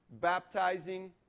baptizing